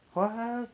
what